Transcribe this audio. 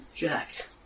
Jack